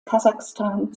kasachstan